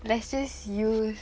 let's just use